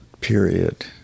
period